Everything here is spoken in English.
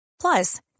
Plus